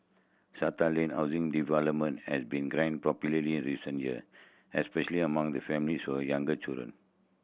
strata landed housing development has been popularity recent year especially among the families or younger children